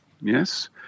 yes